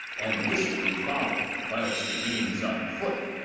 and wistly follow, whiles the game's on foot.